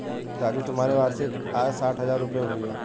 राजू तुम्हारी वार्षिक आय साठ हज़ार रूपय हुई